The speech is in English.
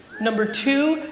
number two,